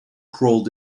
crawled